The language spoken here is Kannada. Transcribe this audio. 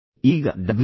ಈಗ ಡಬ್ಲ್ಯೂ